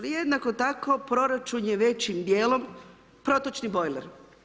Jednako tako proračun je većim dijelom protočni bojler.